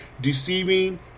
deceiving